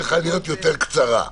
ההארכה צריכה להיות קצרה יותר.